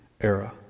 era